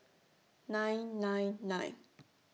nine nine nine